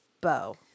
bow